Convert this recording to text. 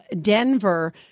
Denver